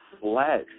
flesh